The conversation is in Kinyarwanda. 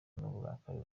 n’uburakari